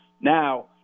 Now